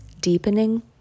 deepening